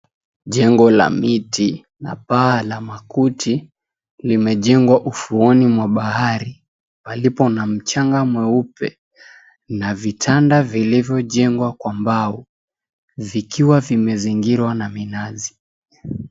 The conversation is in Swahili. Jengo la miti na paa la makuti, limejengwa ufuoni mwa bahari palipo na mchanga mweupe na vitanda vilivyojengwa kwa mbao, vikiwa vimezingirwa na minazi.